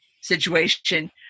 situation